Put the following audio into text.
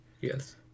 yes